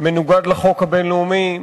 מנוגד לחוק הבין-לאומי,